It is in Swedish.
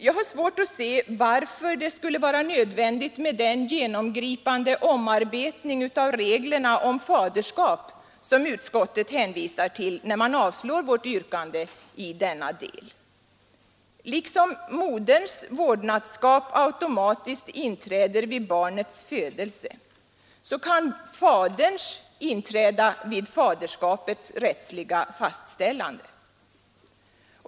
Jag har svårt att se varför det skulle vara nödvändigt med den genomgripande omarbetning av reglerna om faderskap som utskottet hänvisar till när det avstyrker vårt yrkande i denna del. Liksom moderns vårdnadskap automatiskt inträder vid barnets födelse, kan faderns inträda vid faderskapets rättsliga fastställande.